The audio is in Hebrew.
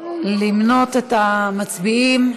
למנות את המצביעים.